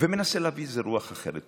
ומנסה להביא איזו רוח אחרת.